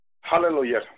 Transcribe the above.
Hallelujah